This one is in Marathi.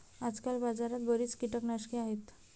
आजकाल बाजारात बरीच कीटकनाशके आहेत